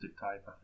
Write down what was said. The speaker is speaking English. type